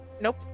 Nope